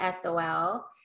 SOL